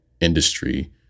industry